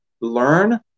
learn